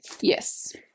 Yes